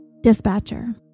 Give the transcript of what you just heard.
Dispatcher